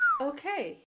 okay